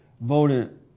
voted